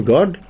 God